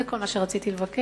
זה כל מה שרציתי לבקש.